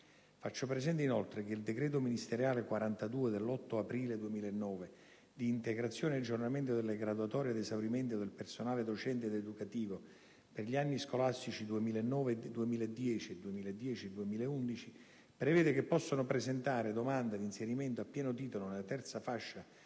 Faccio presente inoltre che il decreto ministeriale n. 42 dell'8 aprile 2009, di integrazione e aggiornamento delle graduatorie ad esaurimento del personale docente ed educativo per gli anni scolastici 2009-2010 e 2010-2011, prevede che possono presentare domanda di inserimento a pieno titolo nella terza fascia